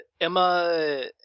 Emma